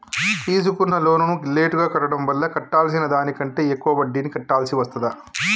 తీసుకున్న లోనును లేటుగా కట్టడం వల్ల కట్టాల్సిన దానికంటే ఎక్కువ వడ్డీని కట్టాల్సి వస్తదా?